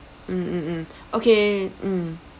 mm mm mm okay mm